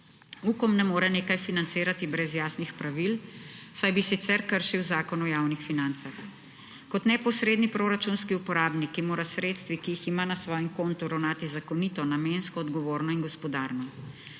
Ukom ne more nekaj financirati brez jasnih pravil, saj bi sicer kršil Zakon o javnih financah. Kot neposredni proračunski uporabnik mora s sredstvi, ki jih ima na svojem kontu, ravnati zakonito, namensko, odgovorno in gospodarno.